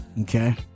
Okay